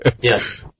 Yes